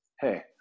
hey